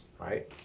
right